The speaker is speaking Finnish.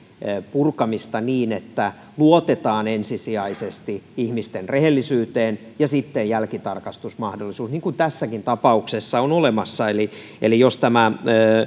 purkamista niin että luotetaan ensisijaisesti ihmisten rehellisyyteen ja sitten jälkitarkastusmahdollisuus niin kuin tässäkin tapauksessa on olemassa jos tämä